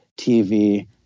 TV